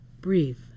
breathe